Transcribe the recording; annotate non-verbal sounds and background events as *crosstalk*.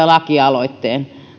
*unintelligible* lakialoitteen